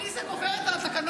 עליזה גוברת על התקנון.